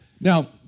Now